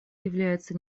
является